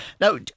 Now